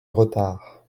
retard